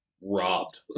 robbed